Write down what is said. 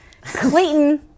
Clayton